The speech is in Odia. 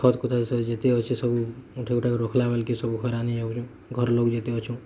ଖତ ଖୁତା ଯେତେ ଅଛେ ସବୁ ଗୁଟେଇ ଗୁଟା କରି ରଖଲା ବେଲ କେ ସବୁ ଖରା ନେଇ ଯାଉଛ ଘର ଲୋକ ଯେତେ ଅଛୁ